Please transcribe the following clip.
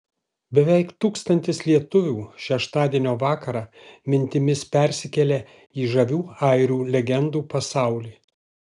beveik tūkstantis lietuvių šeštadienio vakarą mintimis persikėlė į žavių airių legendų pasaulį